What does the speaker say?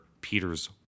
Peter's